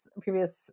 previous